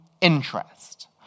interest